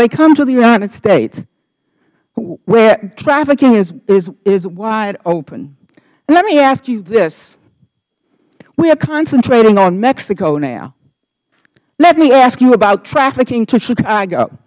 they come to the united states where trafficking is wide open let me ask you this we are concentrating on mexico now let me ask you about trafficking to chicago